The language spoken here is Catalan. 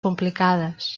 complicades